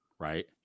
right